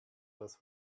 das